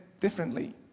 differently